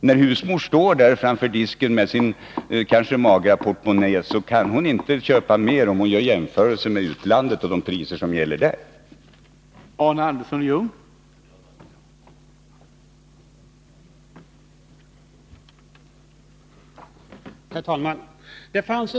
När husmodern står framför disken med sin kanske magra portmonnä kan hon inte köpa mer, om hon gör jämförelser med de priser som gäller i utlandet.